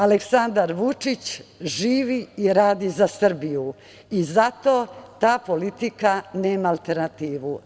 Aleksandar Vučić živi i radi za Srbiju i zato ta politika nema alternativu.